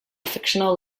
fictional